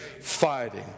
fighting